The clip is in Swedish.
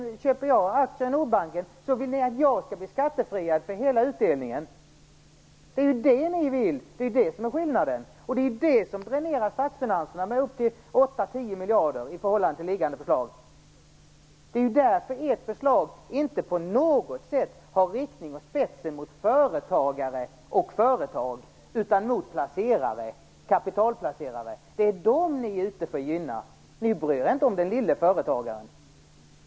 Köper jag aktier i Nordbanken vill ni att jag skall bli skattebefriad för hela utdelningen. Det är ju det ni vill. Det är det som är skillnaden. Det är det som dränerar statsfinanserna med upp till 8-10 miljarder i förhållande till liggande förslag. Det är ju därför ert förslag inte på något sätt är riktat och har spetsen mot företagare och företag utan mot kapitalplacerare. Det är dem ni är ute efter att gynna. Ni bryr er inte om den lille företagaren.